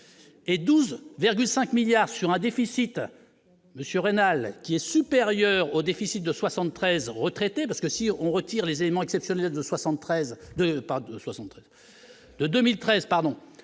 et 12,5 milliards sur un déficit monsieur rénale qui est supérieur au déficit de 73 ans, retraité, parce que si on retire les éléments exceptionnels de 73